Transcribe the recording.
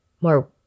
more